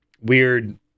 weird